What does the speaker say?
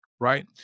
Right